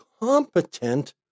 competent